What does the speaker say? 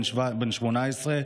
בן 18,